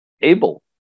able